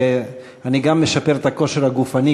שאני גם משפר את הכושר הגופני,